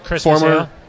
Former